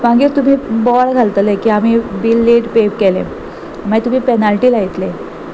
मागीर तुमी बोवाळ घालतले की आमी बील लेट पे केले मागीर तुमी पॅनाल्टी लायतले